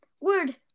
Word